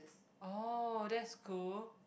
oh that's cool